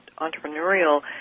entrepreneurial